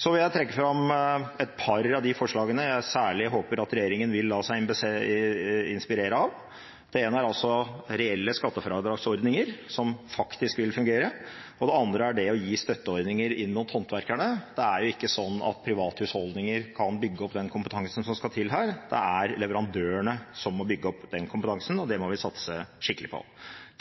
Så vil jeg trekke fram et par av de forslagene jeg særlig håper at regjeringen vil la seg inspirere av. Det ene er reelle skattefradragsordninger som faktisk vil fungere. Det andre er å gi støtteordninger inn mot håndverkerne. Private husholdninger kan ikke bygge opp den kompetansen som skal til her, det er leverandørene som må bygge opp den kompetansen, og det må vi satse skikkelig på.